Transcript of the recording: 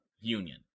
union